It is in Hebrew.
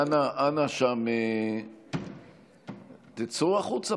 רבותיי, אנא, שם, פשוט תצאו החוצה